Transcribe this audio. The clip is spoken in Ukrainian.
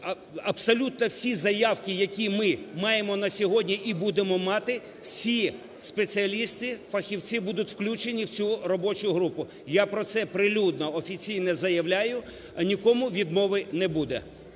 абсолютно всі заявки, які ми маємо на сьогодні і будемо мати, всі спеціалісти, фахівці будуть включені в цю робочу групу. Я про це прилюдно офіційно заявляю, нікому відмови не буде.